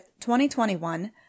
2021